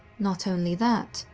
not only that,